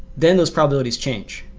then those probabilities change.